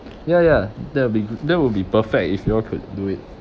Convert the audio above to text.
ya ya that will be that will be perfect if you all could do it